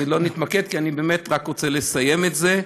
לא נתמקח, כי אני באמת רק רוצה לסיים את זה.